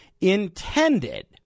intended